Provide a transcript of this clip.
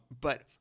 But-